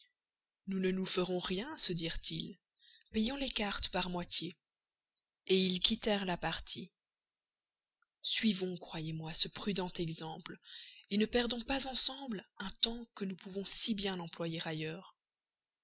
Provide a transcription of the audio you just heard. nous ne nous ferons rien se dirent-ils payons les cartes par moitié ils quittèrent la partie suivons croyez-moi ce prudent exemple ne perdons pas ensemble un temps que nous pouvons si bien employer ailleurs